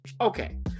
Okay